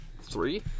Three